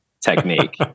technique